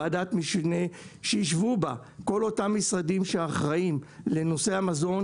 ועדת משנה שיישבו בה כל אותם משרדים שאחראיים לנושא המזון,